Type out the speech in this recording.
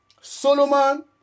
Solomon